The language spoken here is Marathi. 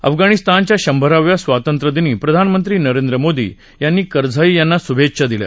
अफगाणिस्तानच्या शंभराव्या स्वातंत्र्यदिनी प्रधानमंत्री नरेंद्र मोदी यांनी करझाई यांना शुभेच्छा दिल्या